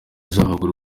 zihabwa